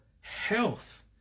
health